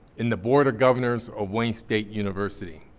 in the board of governors of wayne state university,